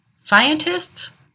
Scientists